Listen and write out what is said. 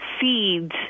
seeds